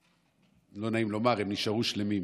לא נעים לומר, שהחללים נשארו שלמים,